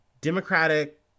Democratic